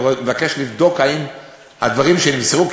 ומבקש לבדוק אם הדברים שנמסרו,